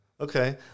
Okay